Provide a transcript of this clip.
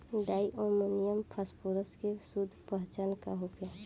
डाई ammonium phosphate के शुद्ध पहचान का होखे?